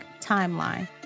timeline